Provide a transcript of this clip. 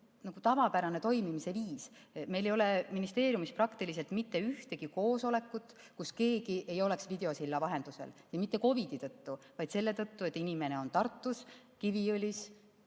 tavapärane toimimise viis. Meil ei ole ministeeriumis praktiliselt mitte ühtegi koosolekut, kus keegi ei osaleks videosilla vahendusel, ja seda mitte COVID-i tõttu, vaid selle tõttu, et inimene on Tartus, Kiviõlis või